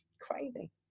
crazy